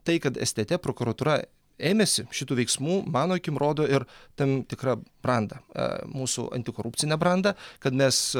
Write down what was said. tai kad stt prokuratūra ėmėsi šitų veiksmų mano akim rodo ir tam tikrą brandą mūsų antikorupcinę brandą kad mes